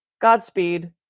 Godspeed